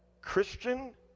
Christian